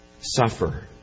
suffer